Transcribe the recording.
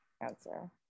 answer